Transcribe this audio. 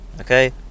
Okay